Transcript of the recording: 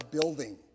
building